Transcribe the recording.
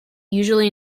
usually